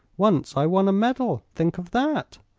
once i won a medal think of that!